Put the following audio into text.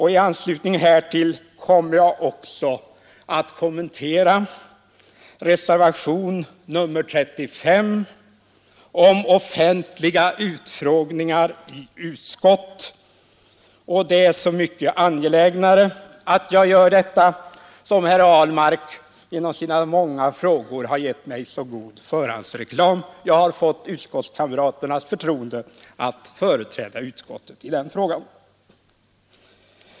I anslutning härtill kommer jag också att kommentera reservationen 35 om offentliga utfrågningar i utskott. Det är så mycket angelägnare att jag gör detta som herr Ahlmark genom sina många frågor har gett mig mycket god förhandsreklam. Och jag har fått utskottskamraternas förtroende att företräda majoriteten i den frågan.